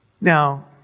Now